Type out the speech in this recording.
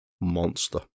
Monster